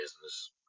business